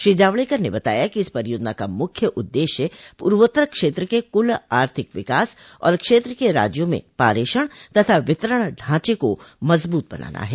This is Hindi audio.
श्री जावड़ेकर ने बताया कि इस परियोजना का मुख्य उद्देश्य पूर्वोत्तर क्षेत्र के कुल आर्थिक विकास और क्षेत्र के राज्यों में पारेषण तथा वितरण ढांचे को मजबत बनाना है